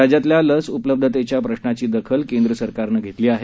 राज्यातल्या लस उपलब्धतेच्या प्रशांची दखल केंद्र सरकारनं घेतली आहे